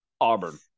Auburn